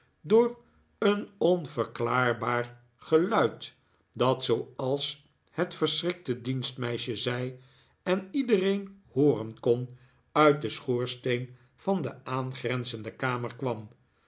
door een onverklaarbaar geluid dat zooals het verschrikte dienstmeisje zei en iedereen liooren kon uit den schoorsteen van de aangrenzende kamer kwam